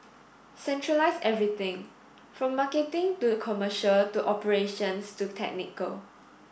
centralise everything from marketing to commercial to operations to technical